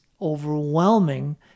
overwhelming